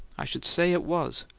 i should say it was!